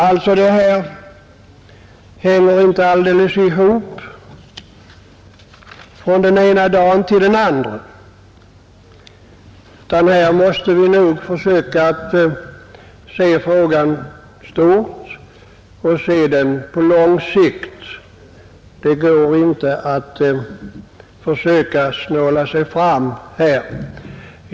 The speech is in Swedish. Detta hänger inte riktigt ihop från den ena dagen till den andra. Vi måste nog försöka att se frågan i stort och se den på lång sikt. Det går inte att försöka snåla sig fram här.